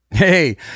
Hey